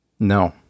No